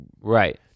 right